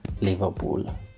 Liverpool